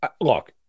look